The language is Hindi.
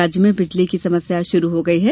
राज्य में बिजली की समस्या शुरू हो गई है